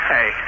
Hey